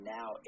now